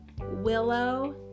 Willow